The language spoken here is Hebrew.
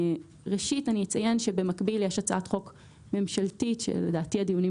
אני אציין שבמקביל יש הצעת חוק ממשלתית - לדעתי הדיונים